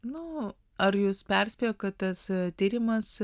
nu ar jus perspėjo kad tas tyrimas